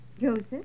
Joseph